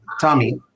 Tommy